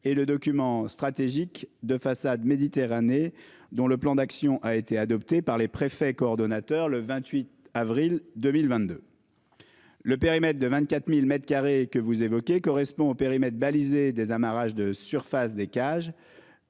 et le document stratégique de façade Méditerranée dont le plan d'action a été adopté par les préfets coordonnateurs le 28 avril 2022. Le périmètre de 24.000 m2 que vous évoquez correspond au périmètre balisé désamarrage de surface des cages.